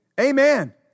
Amen